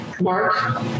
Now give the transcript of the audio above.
Mark